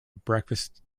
breakfast